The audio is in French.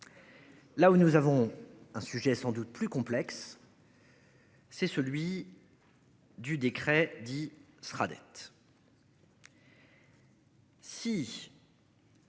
Là où nous avons un sujet sans doute plus complexe. C'est celui. Du décret dit sera